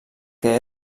que